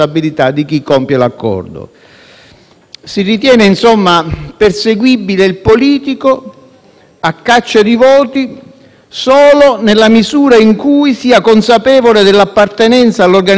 Si ritiene, insomma, perseguibile il politico a caccia di voti solo nella misura in cui sia consapevole dell'appartenenza all'organizzazione mafiosa del suo interlocutore,